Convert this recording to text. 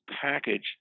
package